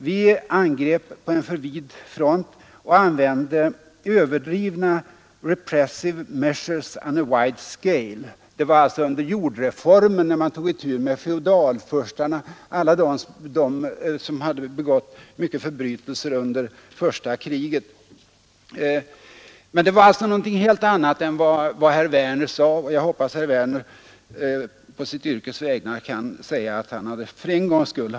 Vi angrep på en för bred front och använde överdrivna ”repressive measures on a wide scale”.” Detta var under jordreformen när man tog itu med bl.a. alla de feodalherrar som hade begått grova förbrytelser under första kriget. Det är alltså någonting helt annat än herr Werner i Malmö sade, och jag hoppas att herr Werner nu kan medge att han vittnat fel.